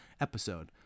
episode